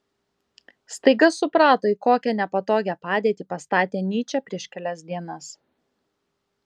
staiga suprato į kokią nepatogią padėtį pastatė nyčę prieš kelias dienas